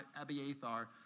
Abiathar